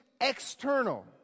external